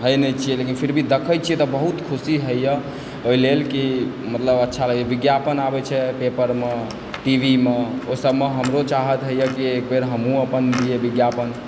होइ नहि छियै लेकिन देखै छियै तऽ बहुत खुशी होइए ओहिलेल कि मतलब अच्छा रहै छै विज्ञापन आबै छै पेपरमे टीवीमे ओइ सबमे हमरो चाहत होइए कि एक बेर हमहुँ अपन दियै विज्ञापन